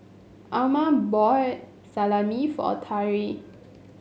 Amma bought Salami for Tari